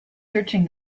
searching